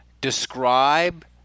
describe